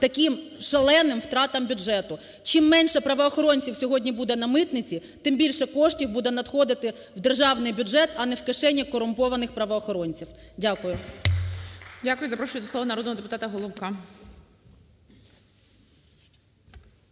таким шаленим втратам бюджету. Чим менше правоохоронців сьогодні буде на митниці, тим більше коштів буде надходити в державний бюджет, а не в кишені корумпованих правоохоронців. Дякую. ГОЛОВУЮЧИЙ. Дякую. Запрошую до слова народного депутата Головка.